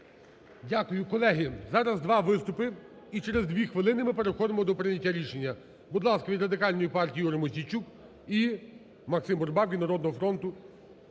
Дякую. Колеги, зараз два виступи і через дві хвилини ми переходимо до прийняття рішення. Будь ласка, від Радикальної партії Ігор Мосійчук і Максим Бурбак від "Народного фронту".